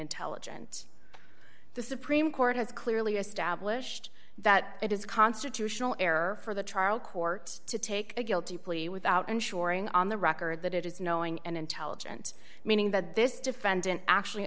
intelligent the supreme court has clearly established that it is constitutional error for the trial court to take a guilty plea without ensuring on the record that it is knowing and intelligent meaning that this defendant actually